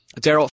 Daryl